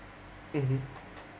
(uh huh)